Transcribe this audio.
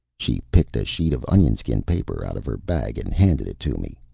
she picked a sheet of onionskin paper out of her bag and handed it to me.